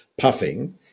puffing